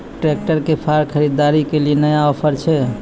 Tractor के फार खरीदारी के लिए नया ऑफर छ?